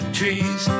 trees